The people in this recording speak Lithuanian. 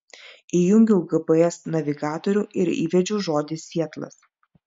įjungiau gps navigatorių ir įvedžiau žodį sietlas